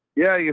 yeah. you